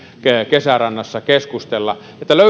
kesärannassa keskustella